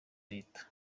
leta